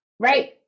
Right